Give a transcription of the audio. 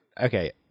okay